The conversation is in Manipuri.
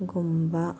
ꯒꯨꯝꯕ